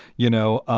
you know,